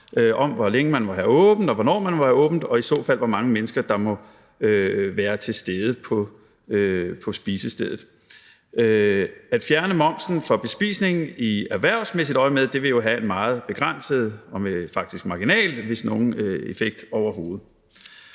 til hvor længe man må have åbent, og hvornår man må have åbent, og i så fald hvor mange mennesker der må være til stede på spisestedet. At fjerne momsen fra bespisning i erhvervsmæssigt øjemed vil jo have en meget begrænset og faktisk marginal, hvis nogen, effekt overhovedet.